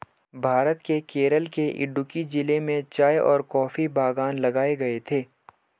भारत के केरल के इडुक्की जिले में चाय और कॉफी बागान लगाए गए थे